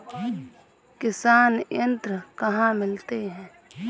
किसान यंत्र कहाँ मिलते हैं?